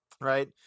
Right